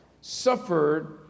suffered